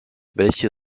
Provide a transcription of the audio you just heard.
welche